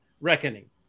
reckoning